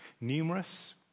numerous